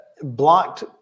blocked